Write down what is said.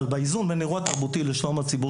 אבל באיזון בין אירוע איכותי ושלום הציבור,